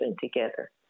together